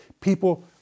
People